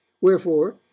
wherefore